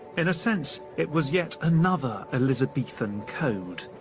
in a sense, it was yet another elizabethan code.